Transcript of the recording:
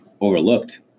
overlooked